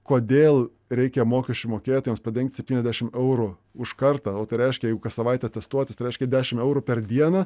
kodėl reikia mokesčių mokėtojams padengti septyniasdešimt eurų už kartą o tai reiškia jeigu kas savaitę testuotis reiškė dešimt eurų per dieną